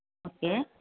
okay